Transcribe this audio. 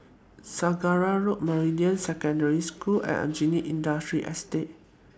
Saraca Road Meridian Secondary School and Aljunied Industrial Estate